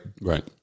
Right